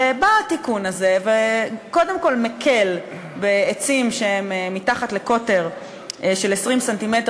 ובא התיקון הזה וקודם כול מקל בעצים שגזעם בקוטר מתחת ל-20 ס"מ,